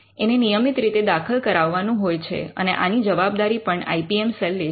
એને નિયમિત રીતે દાખલ કરાવવાનું હોય છે અને આની જવાબદારી પણ આઇ પી એમ સેલ લે છે